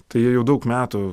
tai jie daug metų